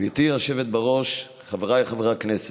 גברתי היושבת בראש, חבריי חברי הכנסת,